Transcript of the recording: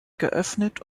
geöffnet